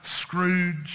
scrooge